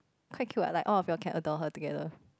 quite cute what like all of your cat adore her together